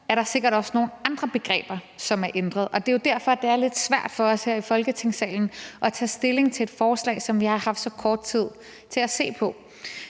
er der sikkert også nogle andre begreber, som er ændret, og det er jo derfor, det er lidt svært for os her i Folketingssalen at tage stilling til et forslag, som vi har haft så kort tid til at se på.